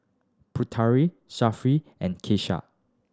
Putera Safiya and Kasih